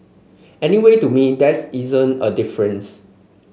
anyway to me there's isn't a difference